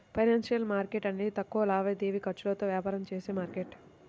financial market అనేది తక్కువ లావాదేవీ ఖర్చులతో వ్యాపారం చేసే మార్కెట్